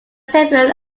pavilion